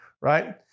right